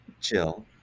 Chill